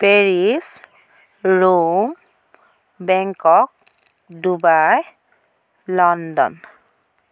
Paris Rome Bangkok Dubai London